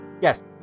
yes